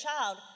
child